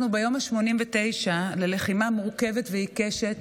אנחנו ביום ה-89 ללחימה מורכבת ועיקשת